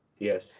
Yes